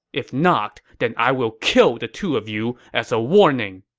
if not, then i will kill the two of you as a warning!